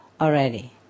already